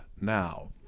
now